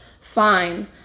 fine